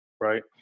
right